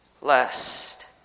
lest